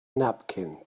napkin